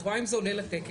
את רואה אם זה עולה לתקן,